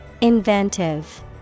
Inventive